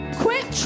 quit